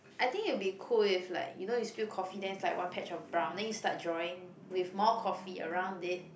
I think it'll be cool if like you know you spill coffee then it's like one patch of brown then you start drawing with more coffee around it